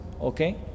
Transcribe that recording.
okay